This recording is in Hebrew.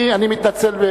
אני מתנצל.